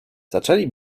zaczęli